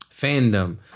fandom